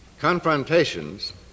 confrontations